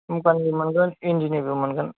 मुगानि मोनगोन इन्दिनिबो मोनगोन